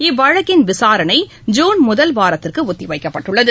இவ்வழக்கின் விசாரணை ஜூன் முதல் வாரத்திற்கு ஒத்திவைக்கப்பட்டுள்ளது